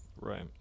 Right